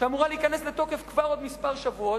שאמורה להיכנס לתוקף כבר בעוד כמה שבועות,